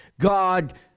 God